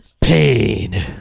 Pain